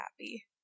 happy